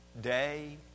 day